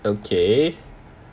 okay